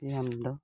ᱤᱧ ᱟᱢ ᱫᱚ